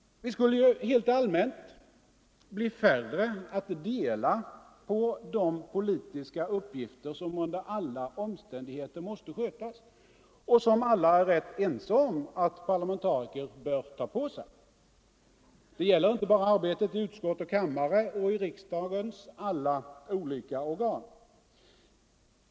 Vi skulle ju helt allmänt bli färre att dela på de politiska uppgifter som under alla omständigheter måste skötas och som alla är ganska ense om att parlamentariker bör ta på sig. Detta gäller inte bara arbetet i utskott och kammare samt i riksdagens alla olika organ.